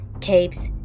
capes